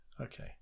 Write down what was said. okay